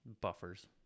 Buffers